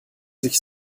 sich